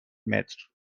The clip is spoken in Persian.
متر